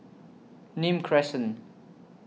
Nim Crescent